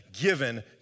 given